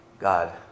God